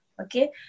Okay